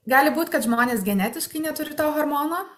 gali būt kad žmonės genetiškai neturi to hormono